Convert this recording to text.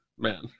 Man